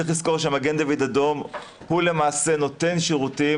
צריך לזכור שמד"א הוא למעשה נותן שירותים